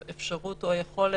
מקום לעריכת